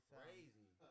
crazy